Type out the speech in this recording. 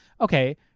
okay